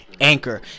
Anchor